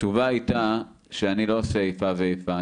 התשובה הייתה שאני לא עושה איפה ואיפה,